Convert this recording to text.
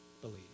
believe